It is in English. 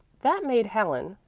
that made helen,